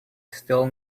still